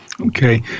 Okay